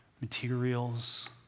materials